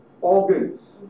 organs